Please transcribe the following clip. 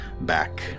back